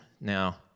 now